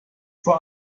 vor